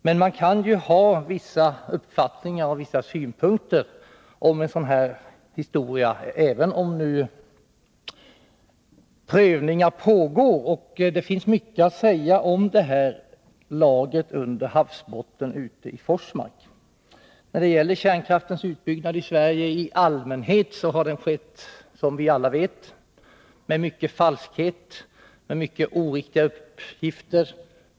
Men man kan ha vissa uppfattningar om och synpunkter på en sådan här historia, även om prövningar pågår. Det finns mycket att säga om detta lager under havsbotten vid Forsmark. När det gäller kärnkraftens utbyggnad i Sverige i allmänhet har den skett, som vi alla vet, med mycket falskhet och många oriktiga uppgifter.